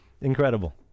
Incredible